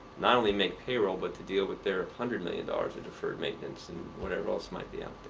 not only make payroll, but to deal with their hundred million dollars of deferred maintenance and whatever else might be out